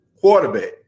quarterback